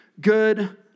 good